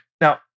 Now